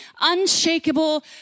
unshakable